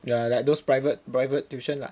ya like those private private tuition lah